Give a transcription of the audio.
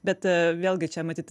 bet vėlgi čia matyt